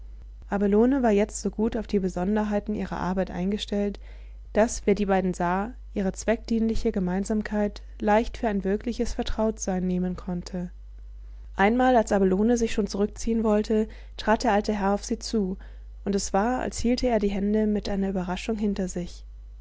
abelone war jetzt so gut auf die besonderheiten ihrer arbeit eingestellt daß wer die beiden sah ihre zweckdienliche gemeinsamkeit leicht für ein wirkliches vertrautsein nehmen konnte einmal als abelone sich schon zurückziehen wollte trat der alte herr auf sie zu und es war als hielte er die hände mit einer überraschung hinter sich